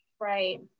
Right